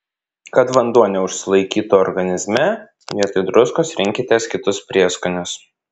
kad vanduo neužsilaikytų organizme vietoj druskos rinkitės kitus prieskonius